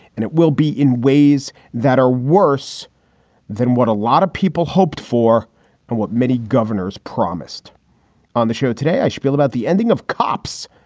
and it will be in ways that are worse than what a lot of people hoped for and what many governors promised on the show today. i spiel about the ending of cops,